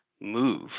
move